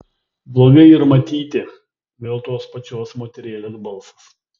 blogai yr matyti vėl tos pačios moterėlės balsas